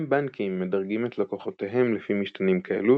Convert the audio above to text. גם בנקים מדרגים את לקוחותיהם לפי משתנים כאלו